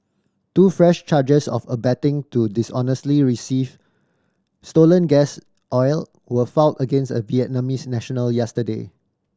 two fresh charges of abetting to dishonestly receive stolen gas oil were filed against a Vietnamese national yesterday